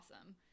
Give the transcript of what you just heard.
awesome